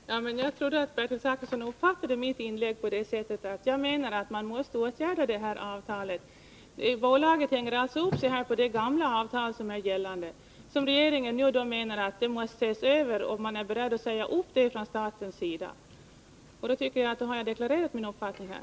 Herr talman! Jag trodde att Bertil Zachrisson uppfattat mitt inlägg på det sättet att jag menade att man måste åtgärda detta avtal. Bolaget hänger alltså upp sig på det gamla avtal som är gällande och som regeringen nu menar måste ses över. Man är beredd att säga upp det från statens sida, Därmed tycker jag att jag har deklarerat min uppfattning här.